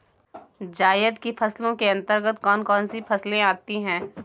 जायद की फसलों के अंतर्गत कौन कौन सी फसलें आती हैं?